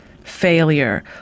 failure